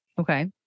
Okay